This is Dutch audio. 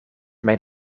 mijn